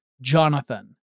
Jonathan